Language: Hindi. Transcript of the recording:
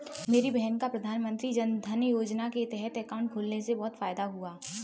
मेरी बहन का प्रधानमंत्री जनधन योजना के तहत अकाउंट खुलने से बहुत फायदा हुआ है